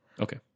Okay